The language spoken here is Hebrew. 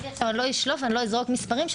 אני לא אשלוף עכשיו ולא אזרוק מספרים כאשר